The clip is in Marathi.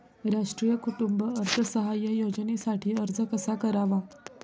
राष्ट्रीय कुटुंब अर्थसहाय्य योजनेसाठी अर्ज कसा करावा?